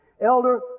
Elder